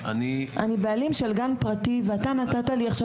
אני בעלים של גן פרטי ואתה נתת לי עכשיו,